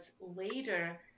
later